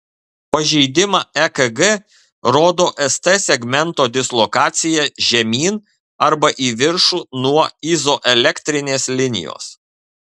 pažeidimą ekg rodo st segmento dislokacija žemyn arba į viršų nuo izoelektrinės linijos